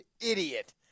idiot